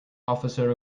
officer